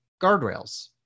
guardrails